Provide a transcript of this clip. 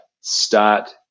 start